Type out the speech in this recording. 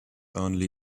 only